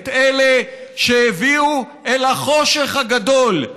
את אלה שהביאו אל החושך הגדול,